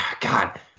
God